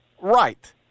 right